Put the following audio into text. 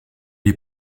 est